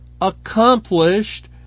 accomplished